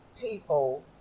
people